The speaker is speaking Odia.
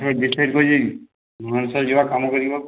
ଡିଟେଲ୍ସ କହିଦେବି ଭୁବନେଶ୍ୱର ଯିବା କାମକରିବା